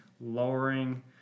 lowering